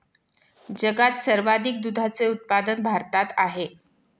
जगात सर्वाधिक दुधाचे उत्पादन भारतात आहे